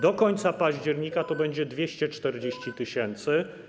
Do końca października to będzie 240 tys.